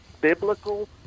biblical